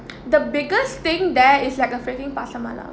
the biggest thing there is like a freaking pasar malam